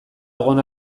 egon